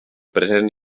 present